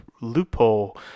loophole